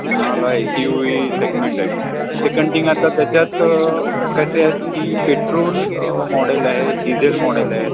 तुम्हाला S U V segment आहे second thing आता त्याच्यात कसे आहेत की पेट्रोल मॉडेल आहे डिझेल मॉडेल आहे